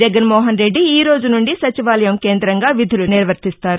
జగన్మోహన్ రెడ్డి ఈ రోజు నుండి సచివాలయం కేంద్రంగా విధులు నిర్వర్తిస్తారు